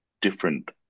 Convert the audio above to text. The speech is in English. different